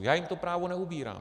Já jim to právo neupírám.